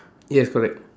yes correct